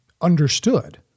understood